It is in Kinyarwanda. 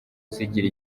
zigira